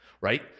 Right